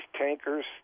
tankers